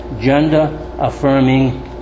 gender-affirming